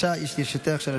עם ישראל צריך את הכסף